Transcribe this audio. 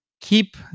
Keep